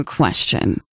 Question